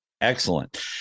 excellent